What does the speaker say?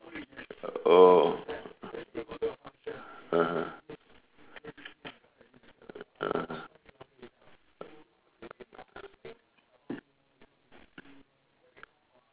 oh (uh huh) uh